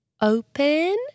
Open